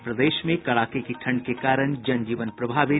और प्रदेश में कड़ाके की ठंड के कारण जनजीवन प्रभावित